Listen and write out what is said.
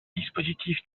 dispositif